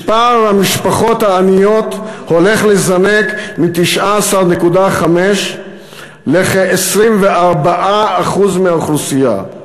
מספר המשפחות העניות הולך לזנק מ-19.5% לכ-24% מהאוכלוסייה.